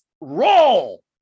roll